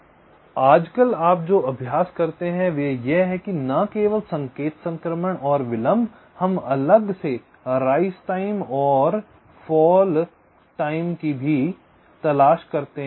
इसलिए आजकल आप जो अभ्यास करते हैं वह यह है कि न केवल संकेत संक्रमण और विलंब हम अलग से राइज टाइम और फॉल टाइम की तलाश करते हैं